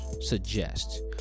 suggest